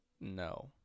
No